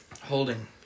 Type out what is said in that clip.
Holding